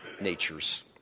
natures